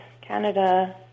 Canada